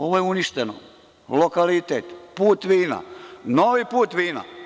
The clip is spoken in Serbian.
Ovo je uništeno, lokalitet, put vina, novi put vina.